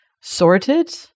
sorted